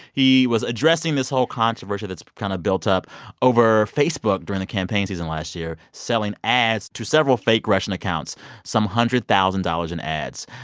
he was addressing this whole controversy that's kind of built up over facebook during the campaign season last year selling ads to several fake russian accounts some hundred thousand dollars in ads.